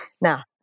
now